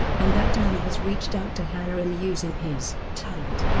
and that danny has reached out to hallorann using his talent.